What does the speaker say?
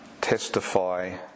testify